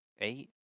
eight